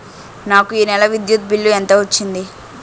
నాకు ఈ నెల విద్యుత్ బిల్లు ఎంత వచ్చింది?